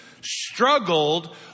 struggled